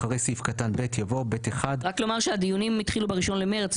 אחרי סעיף קטן (ב) יבוא: רק לומר שהדיונים התחילו ב-1 במרץ,